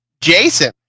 Jason